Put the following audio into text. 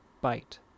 bite